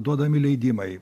duodami leidimai